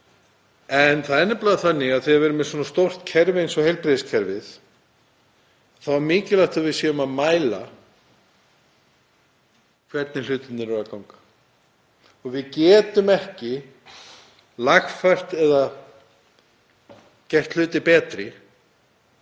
eru mikilvægar en þegar við erum með svona stórt kerfi eins og heilbrigðiskerfið þá er mikilvægt að við séum að mæla hvernig hlutirnir ganga. Við getum ekki lagfært eða gert hluti betur